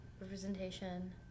representation